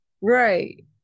right